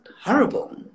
horrible